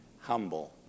humble